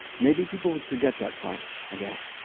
maybe people would forget that part, i guess